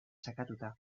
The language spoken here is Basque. sakatuta